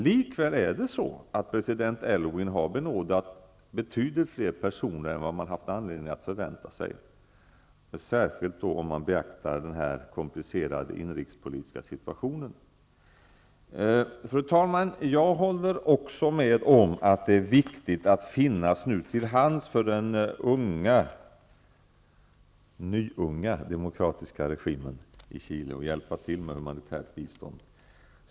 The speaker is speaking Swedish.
Det är likväl så att president Aylwin har benådat betydligt fler personer än man haft anledning att förvänta sig, särskilt om man beaktar den komplicerade inrikespolitiska situationen. Fru talman! Jag håller också med om att det är viktigt att nu finnas till hands för den nyunga demokratiska regimen i Chile och hjälpa till med humanitärt bistånd.